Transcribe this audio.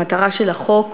המטרה של החוק: